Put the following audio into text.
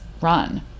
run